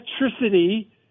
electricity